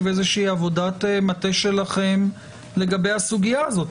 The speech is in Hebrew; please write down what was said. איזושהי עבודת מטה שלכם לגבי הסוגייה הזאת?